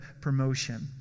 promotion